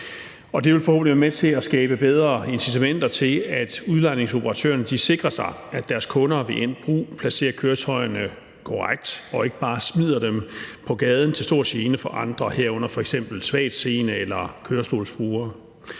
Det vil forhåbentlig være med til at skabe bedre incitamenter til, at udlejningsoperatørerne sikrer sig, at deres kunder ved endt brug placerer køretøjerne korrekt og ikke bare smider dem på gaden til stor gene for andre, herunder f.eks. svagtseende eller kørestolsbrugere.